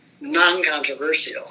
non-controversial